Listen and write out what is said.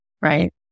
Right